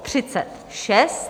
36.